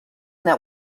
that